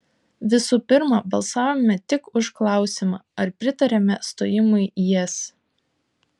visų pirma balsavome tik už klausimą ar pritariame stojimui į es